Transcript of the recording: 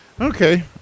Okay